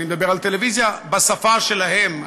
ואני מדבר על טלוויזיה, בשפה שלהם.